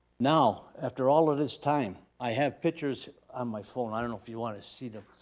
now, after all of this time, i have pictures on my phone. i don't know if you wanna see them.